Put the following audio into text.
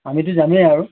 আমিটো যামেই আৰু